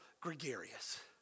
gregarious